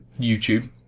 youtube